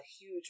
huge